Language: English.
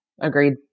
Agreed